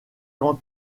quant